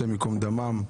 השם ייקום דמם,